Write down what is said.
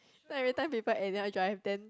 cause every time people anyhow drive then